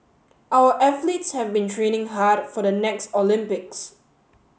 our athletes have been training hard for the next Olympics